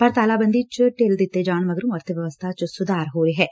ਪਰ ਤਾਲਾਬੰਦੀ ਚ ਢਿੱਲ ਦਿੱਤੇ ਜਾਣ ਮਗਰੋ ਅਰਥ ਵਿਵਸਬਾ ਚ ਸੁਧਾਰ ਹੋ ਰਿਹਾ ਏ